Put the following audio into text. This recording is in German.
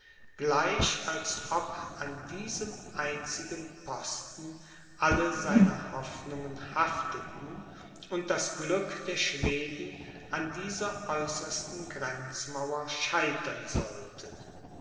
gleich als ob an diesem einzigen posten alle seine hoffnungen hafteten und das glück der schweden an dieser äußersten grenzmauer scheitern sollte